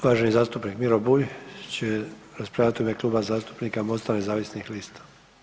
Uvaženi zastupnik Miro Bulj će raspravljati u ime Kluba zastupnika MOST-a nezavisnih lista.